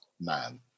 man